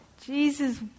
Jesus